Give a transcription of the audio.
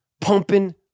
Pumping